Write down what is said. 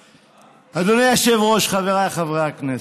אדוני היושב-ראש, חבריי חברי הכנסת,